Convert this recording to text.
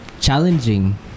challenging